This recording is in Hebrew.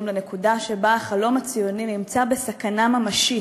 לנקודה שבה החלום הציוני נמצא בסכנה ממשית,